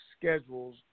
schedules